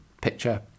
picture